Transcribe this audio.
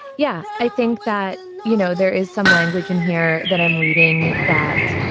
yeah. i think that, you know, there is some language in here that i'm reading that.